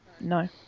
no